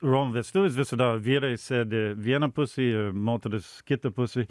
romų vestuvės visada vyrai sėdi viena pusėj moterys kita pusėj